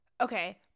Okay